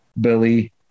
Billy